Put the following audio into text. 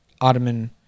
Ottoman